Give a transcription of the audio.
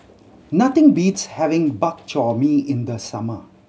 nothing beats having Bak Chor Mee in the summer